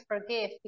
forgive